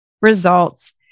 results